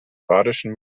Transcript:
badischen